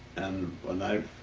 and when i